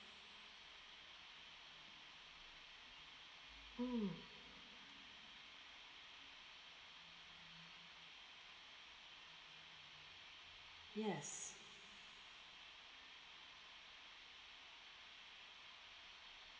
mm yes